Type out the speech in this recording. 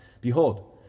Behold